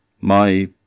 My